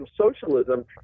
socialism